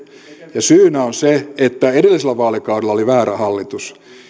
ja syynä on se että edellisellä vaalikaudella oli väärä hallitus